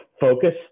focus